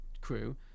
crew